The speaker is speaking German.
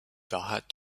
wahrheit